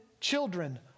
children